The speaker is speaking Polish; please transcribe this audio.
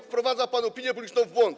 Wprowadza pan opinię publiczną w błąd.